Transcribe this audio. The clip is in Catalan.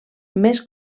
més